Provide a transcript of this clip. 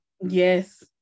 yes